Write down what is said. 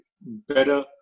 better